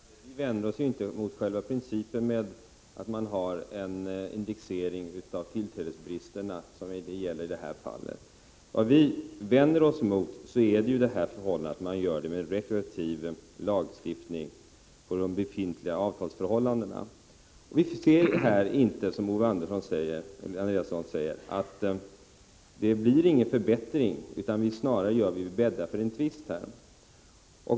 Herr talman! Vi vänder oss inte mot själva principen att ha en indexering avtillträdesbristerna, som det gäller i det här fallet. Vad vi vänder oss emot är en retroaktiv lagstiftning under de befintliga avtalsförhållandena. Vi ser det inte så som Owe Andréasson gör. Det blir inte några förbättringar utan en sådan lagstiftning bäddar snarare för en tvist.